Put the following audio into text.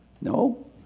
No